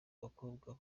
abakobwa